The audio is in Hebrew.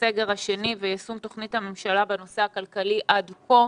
בסגר השני ויישום תוכנית הממשלה בנושא הכלכלי עד כה.